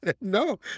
no